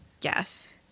yes